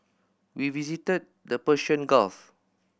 we visited the Persian Gulf